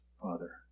Father